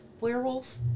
werewolf